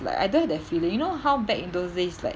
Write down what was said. like I don't have that feeling you know how back in those days like